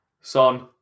Son